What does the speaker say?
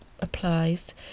Applies